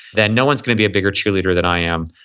then no one's going to be a bigger cheerleader than i am.